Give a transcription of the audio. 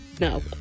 no